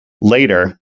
later